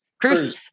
Cruz